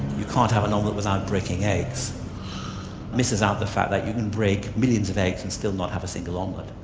you can't have an omelette without breaking eggs misses out the fact that you can break millions of eggs and still not have a single omelette.